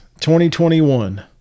2021